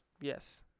yes